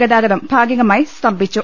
ഗ്താഗതം ഭാഗികമായി സ്തംഭിച്ചു